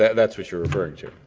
that's what you're referring to.